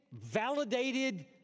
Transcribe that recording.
validated